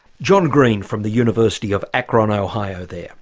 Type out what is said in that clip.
john green from the university of akron, ah ohio there